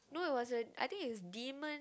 no it wasn't I think is demon